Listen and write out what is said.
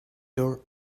door